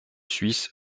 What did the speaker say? suisse